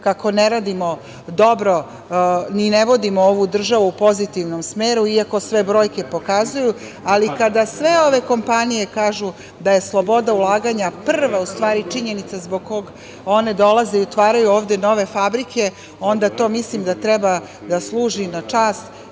kako ne radimo dobro i ne vodimo ovu državu u pozitivnom smeru, iako sve brojke pokazuju. Ali, kada sve ove kompanije kažu da je sloboda ulaganja prva činjenica zbog kog one dolaze i otvaraju ovde nove fabrike, onda to mislim da treba da služi na čast